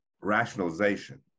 rationalization